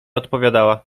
odpowiadała